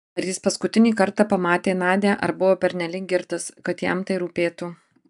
ar jis paskutinį kartą pamatė nadią ar buvo pernelyg girtas kad jam tai rūpėtų